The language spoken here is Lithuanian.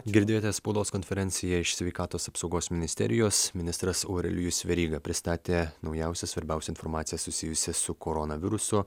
girdėjote spaudos konferenciją iš sveikatos apsaugos ministerijos ministras aurelijus veryga pristatė naujausią svarbiausią informaciją susijusią su koronavirusu